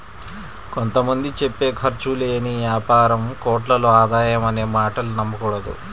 కొంత మంది చెప్పే ఖర్చు లేని యాపారం కోట్లలో ఆదాయం అనే మాటలు నమ్మకూడదు